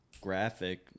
graphic